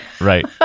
right